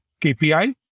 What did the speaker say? KPI